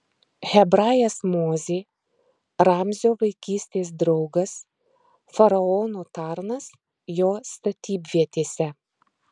hebrajas mozė ramzio vaikystės draugas faraono tarnas jo statybvietėse